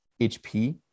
HP